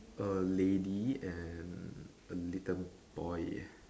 a lady and a little boy